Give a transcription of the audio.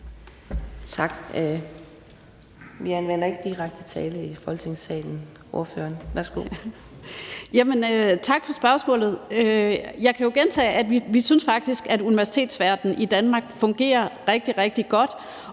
Tak. Vi anvender ikke direkte tiltale i Folketingssalen. Ordføreren, værsgo. Kl. 11:37 Karin Liltorp (M): Tak for spørgsmålet. Jeg kan jo gentage, at vi faktisk synes, at universitetsverdenen i Danmark fungerer rigtig, rigtig godt,